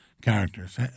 characters